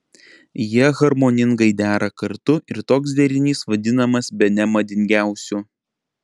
jie harmoningai dera kartu ir toks derinys vadinamas bene madingiausiu